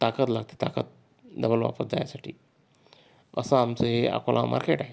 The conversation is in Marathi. ताकद लागते ताकद डबल वापस जाण्यासाठी असं आमचं हे अकोला मार्केट आहे